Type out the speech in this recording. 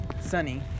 Sunny